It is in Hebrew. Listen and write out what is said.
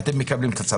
אתם מקבלים את הצו.